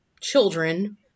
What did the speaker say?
children